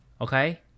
Okay